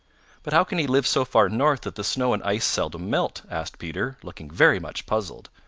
but how can he live so far north that the snow and ice seldom melt? asked peter, looking very much puzzled.